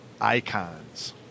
icons